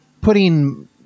putting